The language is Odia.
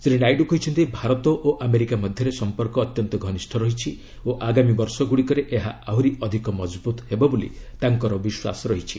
ଶ୍ରୀ ନାଇଡୁ କହିଛନ୍ତି ଭାରତ ଓ ଆମେରିକା ମଧ୍ୟରେ ସମ୍ପର୍କ ଅତ୍ୟନ୍ତ ଘନିଷ୍ଠ ରହିଛି ଓ ଆଗାମୀ ବର୍ଷଗୁଡ଼ିକରେ ଏହା ଆହୁରି ଅଧିକ ମଜବୁତ୍ ହେବ ବୋଲି ତାଙ୍କର ବିଶ୍ୱାସ ରହିଛି